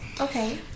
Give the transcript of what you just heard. Okay